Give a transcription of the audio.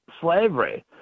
slavery